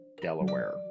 Delaware